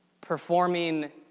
performing